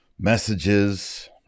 Messages